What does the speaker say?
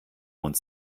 uns